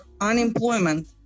unemployment